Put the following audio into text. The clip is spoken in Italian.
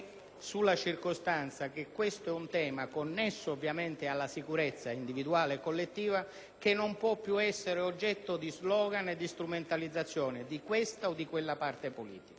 sulla circostanza che questo tema è connesso alla sicurezza individuale e collettiva, che non può più essere oggetto di slogan e di strumentalizzazioni di questa o quella parte politica.